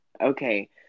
okay